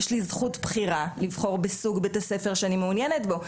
יש לי זכות בחירה לבחור בסוג בית הספר שאני מעוניינת בו.